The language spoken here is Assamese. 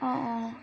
অঁ অঁ